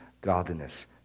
godliness